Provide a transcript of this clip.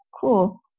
cool